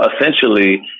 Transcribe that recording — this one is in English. essentially